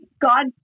God